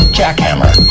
jackhammer